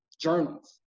journals